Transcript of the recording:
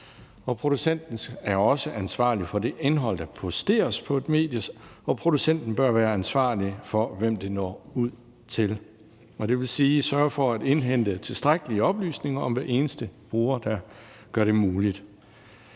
Producenten er også ansvarlig for det indhold, der posteres på et medie, og producenten bør være ansvarlig for, hvem det når ud til, dvs. sørge for at indhente tilstrækkelige oplysninger om hver eneste bruger, så dette bliver muligt.